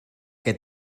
què